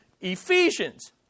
Ephesians